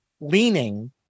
leaning